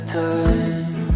time